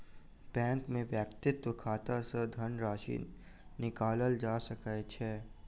bank में व्यक्तिक खाता सॅ धनराशि निकालल जा सकै छै